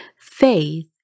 Faith